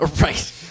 Right